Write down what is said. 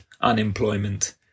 unemployment